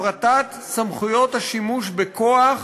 הפרטת סמכויות השימוש בכוח